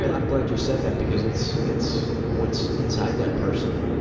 i'm glad you said that because it's, it's what's inside that person